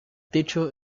techo